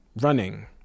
running